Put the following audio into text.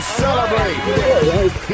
celebrate